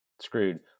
screwed